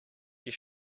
you